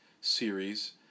series